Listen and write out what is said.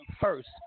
first